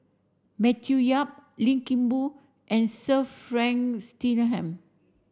Matthew Yap Lim Kim Boon and Sir Frank Swettenham